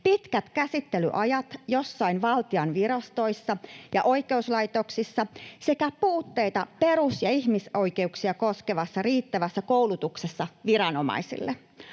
pitkät käsittelyajat joissain valtionvirastoissa ja oikeuslaitoksissa sekä puutteita perus- ja ihmisoikeuksia koskevassa riittävässä koulutuksessa viranomaisille.